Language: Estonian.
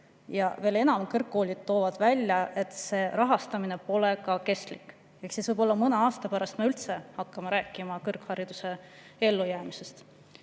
Ja veel enam: kõrgkoolid toovad välja, et selline rahastamine pole kestlik. Võib-olla mõne aasta pärast me hakkame üldse rääkima kõrghariduse ellujäämisest.